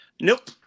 Nope